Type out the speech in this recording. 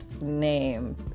name